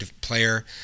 player